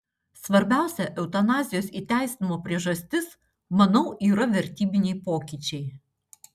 svarbiausia eutanazijos įteisinimo priežastis manau yra vertybiniai pokyčiai